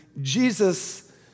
Jesus